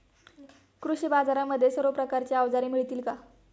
कृषी बाजारांमध्ये सर्व प्रकारची अवजारे मिळतील का?